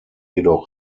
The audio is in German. jedoch